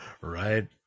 Right